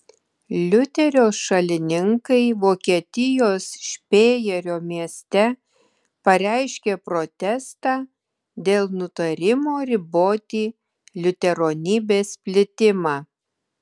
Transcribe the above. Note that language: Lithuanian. liuterio šalininkai vokietijos špėjerio mieste pareiškė protestą dėl nutarimo riboti liuteronybės plitimą